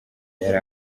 yari